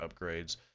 upgrades